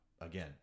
again